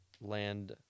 land